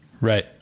Right